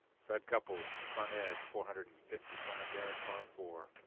fred couples front edge. four hundred and fifty-five yard par four.